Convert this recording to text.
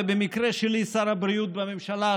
ובמקרה שלי שר הבריאות בממשלה,